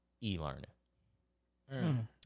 e-learning